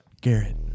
Garrett